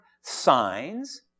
signs